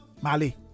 Mali